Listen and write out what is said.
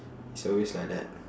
it's always like that